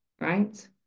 right